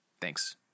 Thanks